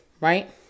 Right